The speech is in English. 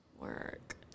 work